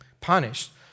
punished